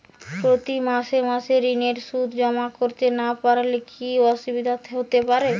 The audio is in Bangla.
প্রতি মাসে মাসে ঋণের সুদ জমা করতে না পারলে কি অসুবিধা হতে পারে?